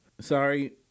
sorry